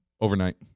Overnight